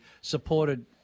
supported